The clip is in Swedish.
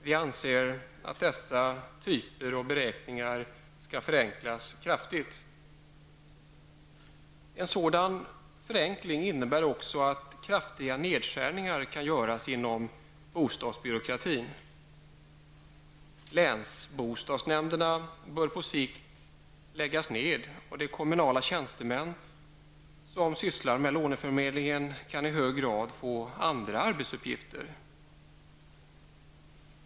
Vi anser att dessa beräkningar skall förenklas kraftigt. En sådan förenkling skulle också innebära att kraftiga nedskärningar kan göras inom bostadsbyråkratin. Länsbostadsnämnderna bör på sikt läggas ned, och de kommunala tjänstemän som sysslar med låneförmedling kan i stor utsträckning få andra arbetsuppgifter.